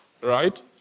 Right